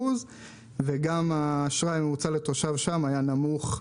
וגם האשראי הממוצע לתושב שם היה נמוך,